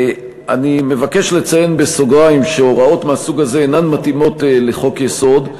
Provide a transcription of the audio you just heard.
אני מבקש לציין בסוגריים שהוראות מהסוג הזה אינן מתאימות לחוק-יסוד,